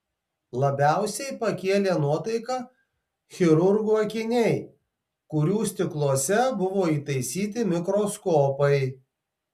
labiausiai pakėlė nuotaiką chirurgų akiniai kurių stikluose buvo įtaisyti mikroskopai